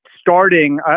starting